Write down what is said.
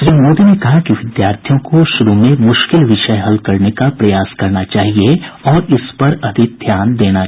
श्री मोदी ने कहा कि विद्यार्थियों को शुरू में मुश्किल विषय हल करने का प्रयास करना चाहिए और इस पर ज्यादा ध्यान देना चाहिए